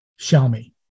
Xiaomi